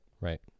Right